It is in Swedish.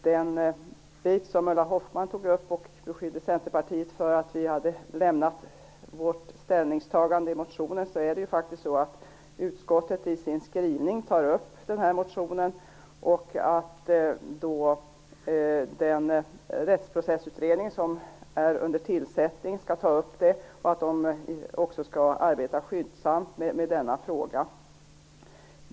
Ulla Hoffmann beskyllde oss centerpartister för att ha lämnat vårt ställningstagande i motionen. Men det är faktiskt så att utskottet i sin skrivning tar upp motionen, och den rättsprocessutredning som är under tillsättning skall arbeta skyndsamt med denna fråga.